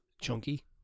Chunky